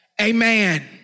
Amen